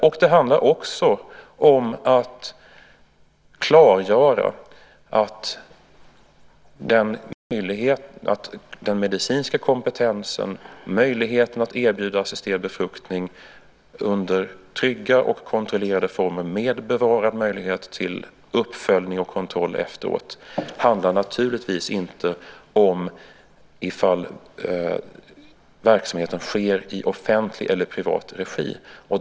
Å andra sidan gäller det också att klargöra att den medicinska kompetensen, möjligheten att erbjuda assisterad befruktning under trygga och kontrollerade former med bevarad möjlighet till uppföljning och kontroll efteråt, naturligtvis inte handlar om ifall verksamheten sker i offentlig eller privat regi.